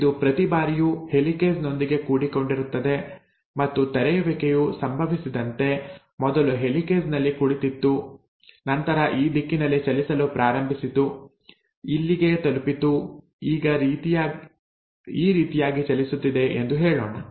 ಇದು ಪ್ರತಿ ಬಾರಿಯೂ ಹೆಲಿಕೇಸ್ ನೊಂದಿಗೆ ಕೂಡಿಕೊಂಡಿರುತ್ತದೆ ಮತ್ತು ತೆರೆಯುವಿಕೆಯು ಸಂಭವಿಸಿದಂತೆ ಮೊದಲು ಹೆಲಿಕೇಸ್ ಇಲ್ಲಿ ಕುಳಿತಿತ್ತು ನಂತರ ಈ ದಿಕ್ಕಿನಲ್ಲಿ ಚಲಿಸಲು ಪ್ರಾರಂಭಿಸಿತು ಇಲ್ಲಿಗೆ ತಲುಪಿತು ಈಗ ರೀತಿಯಾಗಿ ಚಲಿಸುತ್ತಿದೆ ಎಂದು ಹೇಳೋಣ